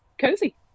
Cozy